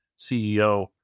CEO